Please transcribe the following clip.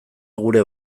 gure